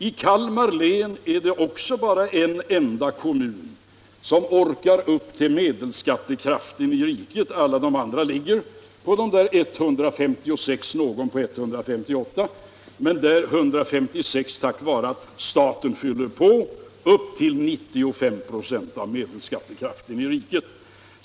I Kalmar län är det också bara en enda kommun som orkar upp till nivån för medelskattekraften i hela riket; alla de övriga ligger på de där 156 kronorna — med något undantag — tack vare att staten fyller på upp till 95 926 av medelskattekraften i riket.